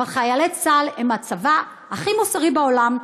אבל חיילי צה"ל הם הצבא הכי מוסרי בעולם.